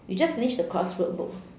you just finish the crossroad book